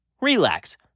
relax